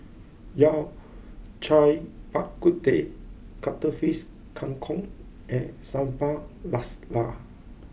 Yao Cai Bak Kut Teh Cuttlefish Kang Kong and Sambal Lasla